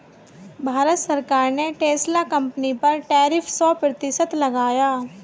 भारत सरकार ने Tesla company पर टैरिफ सो प्रतिशत लगाया